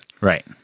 Right